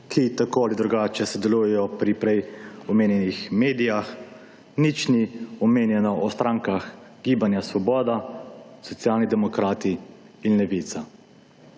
ki tako ali drugače sodelujejo pri prej omenjenih medijih, nič ni omenjeno o strankah Gibanje Svoboda, Socialni demokrati in Levica.